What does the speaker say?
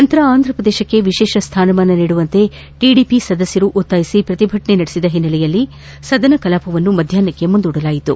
ನಂತರ ಅಂಥ ಪ್ರದೇಶಕ್ಕೆ ವಿಶೇಷ ಸ್ಥಾನಮಾನ ನೀಡುವಂತೆ ಟಿಡಿಪಿ ಸದಸ್ಯರು ಒತ್ತಾಯಿಸಿ ಪ್ರತಿಭಟನೆ ನಡೆಸಿದ ಹಿನ್ನೆಲೆಯಲ್ಲಿ ಸದನ ಕಲಾಪವನ್ನು ಮಧ್ಯಾಪ್ನಕ್ಕೆ ಮುಂದೂಡಲಾಯಿತು